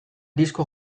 disko